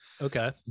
Okay